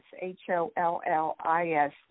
h-o-l-l-i-s